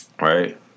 Right